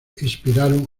inspiraron